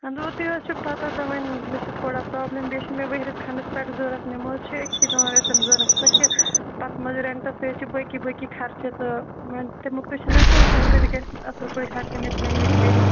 اَہَن حظ تہِ حظ چھُو پَتاہ تہٕ وۅنۍ مےٚ چھُ تھوڑا پرٛابلم بیٚیہِ چھُ مےٚ ؤرۍیَس کھَنٛڈَس پٮ۪ٹھ ضروٗرت مےٚ مٔہ حظ چھُ أکسٕے دۄن رٮ۪تَن ضروٗرت تہٕ کہِ پتہٕ مٔہ حظ ریٚنٹس ییٚتہِ چھِ بٲقٕے بٲقٕے خَرچہِ تہٕ وۅنۍ تَمیُک تہِ حظ چھُناہ سونٛچُن سُہ تہِ گَژھِ اَصٕل پٲٹھۍ ہیٚکِن أسۍ میٚنیج کٔرِتھ